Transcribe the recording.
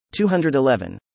211